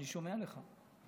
אני שומע לך,